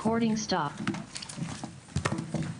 הישיבה ננעלה בשעה 13:25.